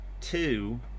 two